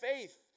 faith